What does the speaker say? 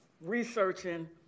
researching